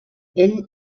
ell